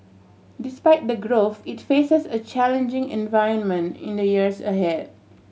despite the growth it faces a challenging environment in the years ahead